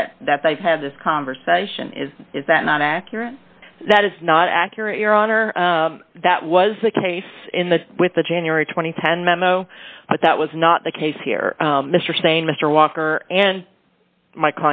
that that they've had this conversation is is that not accurate that is not accurate your honor that was the case in the with the january two thousand and ten memo but that was not the case here mr saying mr walker and my